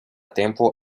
tempo